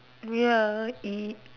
ya eat